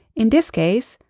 in this case,